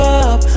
up